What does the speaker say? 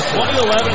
2011